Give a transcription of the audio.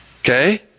Okay